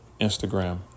Instagram